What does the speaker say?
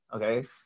okay